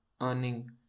earning